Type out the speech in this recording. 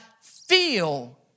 feel